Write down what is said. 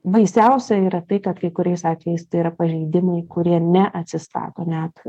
baisiausia yra tai kad kai kuriais atvejais tai yra pažeidimai kurie neatsistato net